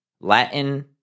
Latin